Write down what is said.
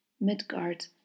Midgard